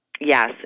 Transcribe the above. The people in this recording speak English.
Yes